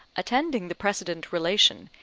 attending the precedent relation,